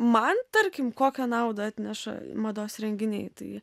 man tarkim kokią naudą atneša mados renginiai tai